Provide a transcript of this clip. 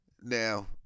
now